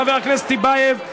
חבר הכנסת טיבייב,